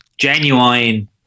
genuine